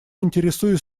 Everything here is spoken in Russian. интересует